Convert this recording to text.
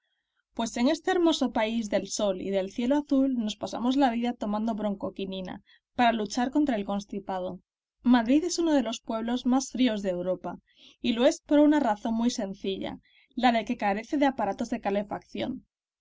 pues en este hermoso país del sol y del cielo azul nos pasamos la vida tomando bromo quinina para luchar contra el constipado madrid es uno de los pueblos más fríos de europa y lo es por una razón muy sencilla la de que carece de aparatos de calefacción